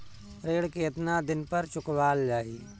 ऋण केतना दिन पर चुकवाल जाइ?